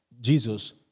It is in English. Jesus